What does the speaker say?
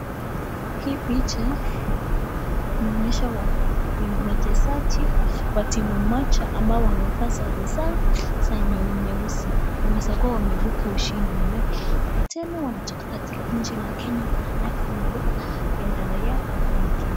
Hii picha inaonyesha wachezaji wa timu moja ambao wamevaa sare zao za nyeusi. Wanaweza kuwa wameibuka washindi maanake na tena wanatoka katika nchi la Kenya wakiwa wamebeba bendera yao ambayo ni ya Kenya.